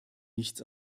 nichts